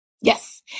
Yes